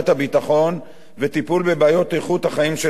וטיפול בבעיות איכות החיים של האזרחים,